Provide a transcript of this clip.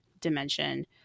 dimension